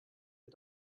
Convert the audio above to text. wir